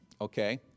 okay